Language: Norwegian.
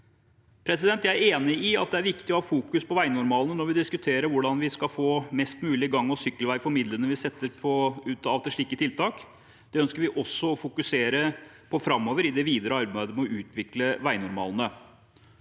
Jeg er enig i at det er viktig å vektlegge veinormalene når vi diskuterer hvordan vi skal få mest mulig gang- og sykkelvei for midlene vi setter av til slike tiltak. Dette ønsker vi også å fokusere på framover i det videre arbeidet med å utvikle veinormalene.